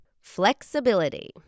Flexibility